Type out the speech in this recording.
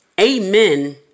amen